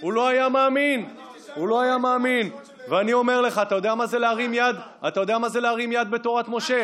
אז ודאי הוא היה אומר לך שאתה טועה טעות מרה.